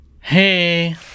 Hey